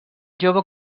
jove